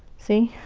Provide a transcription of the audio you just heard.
see.